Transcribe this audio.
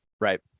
right